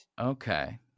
Okay